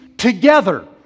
Together